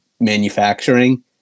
manufacturing